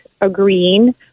agreeing